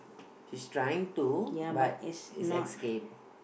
he's trying to but is escaped